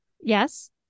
Yes